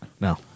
no